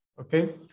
okay